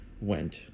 went